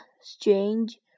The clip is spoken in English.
strange